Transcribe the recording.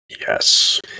Yes